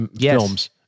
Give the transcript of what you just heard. films